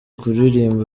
kuririmba